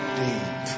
deep